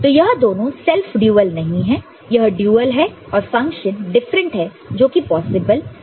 तो यह दोनों सेल्फ ड्यूल नहीं है यह डुअल है और फंक्शन डिफरेंट है जोकि पॉसिबल है